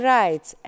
rights